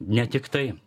ne tik tai